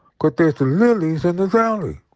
but there's the lilies in the valley.